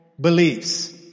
beliefs